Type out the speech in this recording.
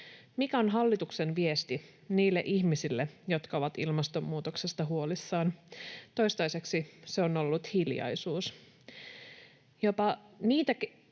Mikä on hallituksen viesti niille ihmisille, jotka ovat ilmastonmuutoksesta huolissaan? Toistaiseksi se on ollut hiljaisuus. Jopa niitä